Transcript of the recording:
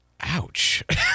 Ouch